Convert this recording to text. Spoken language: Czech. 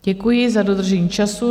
Děkuji za dodržení času.